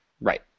Right